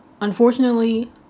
Unfortunately